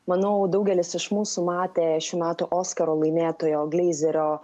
manau daugelis iš mūsų matė šių metų oskaro laimėtojo gleizerio